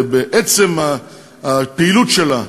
בעצם הפעילות שלה,